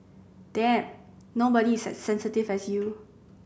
Damn nobody is as sensitive as you